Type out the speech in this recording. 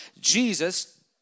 jesus